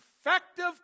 effective